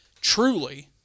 truly